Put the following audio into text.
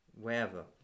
wherever